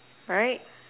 right